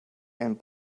and